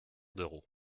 d’euros